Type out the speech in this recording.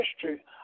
history